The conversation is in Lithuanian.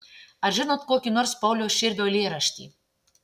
ar žinot kokį nors pauliaus širvio eilėraštį